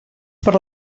per